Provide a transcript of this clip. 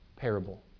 parable